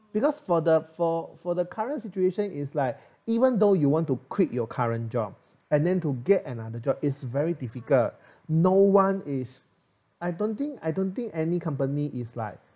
because for the for for the current situation is like even though you want to quit your current job and then to get another job is very difficult no one is I don't think I don't think any company is like